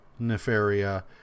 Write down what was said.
Nefaria